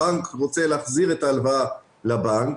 הבנק רוצה להחזיר את ההלוואה לבנק,